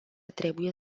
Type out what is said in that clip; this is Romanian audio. trebuie